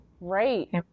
Right